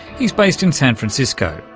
he's based in san francisco.